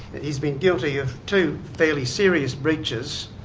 he's been guilty of two fairly serious breaches,